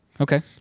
Okay